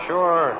Sure